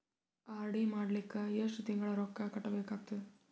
RD ಮಾಡಲಿಕ್ಕ ಎಷ್ಟು ತಿಂಗಳ ರೊಕ್ಕ ಕಟ್ಟಬೇಕಾಗತದ?